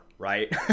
right